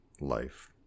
life